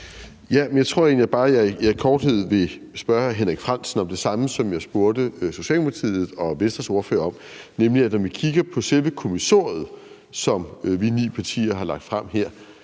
egentlig bare, at jeg i al korthed vil spørge hr. Henrik Frandsen om det samme, som jeg spurgte Socialdemokratiets og Venstres ordfører om, nemlig at når man kigger på selve kommissoriet, som vi ni partier har lagt frem her,